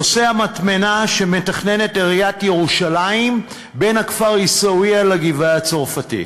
נושא המטמנה שמתכננת עיריית ירושלים בין הכפר עיסאוויה לגבעה-הצרפתית.